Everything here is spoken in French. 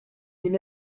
n’est